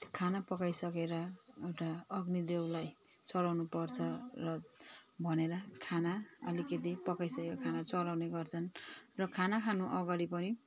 त्यो खाना पकाइसकेर एउटा अग्निदेवलाई चढाउनुपर्छ र भनेर खाना अलिकति पकाइसकेको खाना चढाउने गर्छन् र खाना खानअगाडि पनि